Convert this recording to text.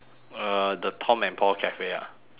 uh the tom and paul cafe ah